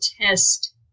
test